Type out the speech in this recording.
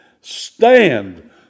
stand